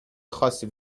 خاصی